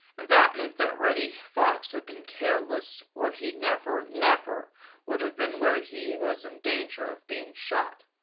and that meant that reddy fox had been careless or he never, never would have been where he was in danger of being shot.